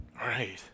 Right